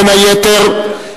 בין היתר,